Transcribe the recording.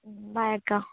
by అక్కా